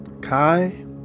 Kai